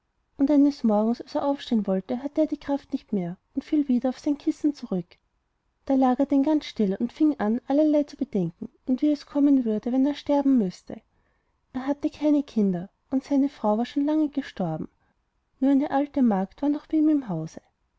und eines morgens als er aufstehen wollte hatte er die kraft nicht mehr und fiel wieder auf sein kissen zurück da lag er denn ganz still und fing an allerlei zu bedenken und wie es kommen würde wenn er sterben müßte er hatte keine kinder und seine frau war schon lange gestorben nur eine alte magd war noch bei ihm im hause